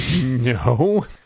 no